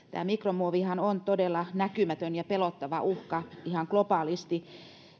mikromuovihan on todella näkymätön ja pelottava uhka ihan globaalisti